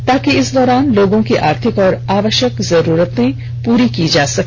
ताकि इस दौरान लोगों की आर्थिक और आवष्यक जरूरतों को पूरा किया जा सके